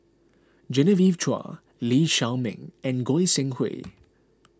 Genevieve Chua Lee Shao Meng and Goi Seng Hui